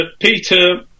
Peter